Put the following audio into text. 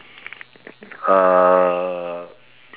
uh